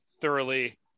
thoroughly